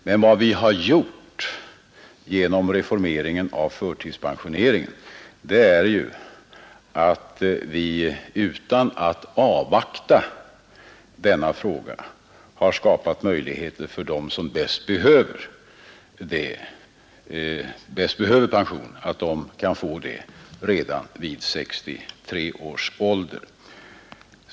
Men vad vi har gjort genom reformeringen av förtidspensioneringen är att vi, utan att avvakta denna fråga, har skapat möjligheter för dem som bäst behöver pension att få den redan vid 63 års ålder.